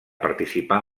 participar